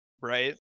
right